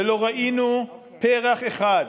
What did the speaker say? ולא ראינו פרח אחד,